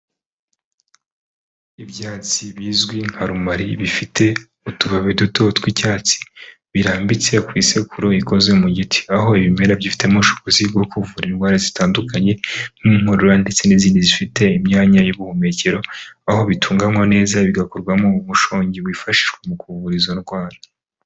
Ibyatsi bizwi nka rumari bifite utubabi duto tw'icyatsi, birambitse ku isekuru ikoze mu giti. Aho ibimera bifitemo ubushobozi bwo kuvura indwara zitandukanye nk'inkorora ndetse n'izindi zifata mu imyanya y'ubuhumekero, aho bitunganywa neza bigakorwamo umushongi wifashishwa mu kuvura izo ndwara.